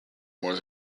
more